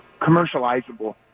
commercializable